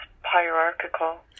hierarchical